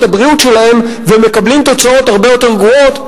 הבריאות שלהם ומקבלים תוצאות הרבה יותר גרועות,